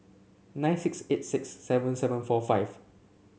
nine six eight six seven seven four five